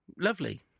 lovely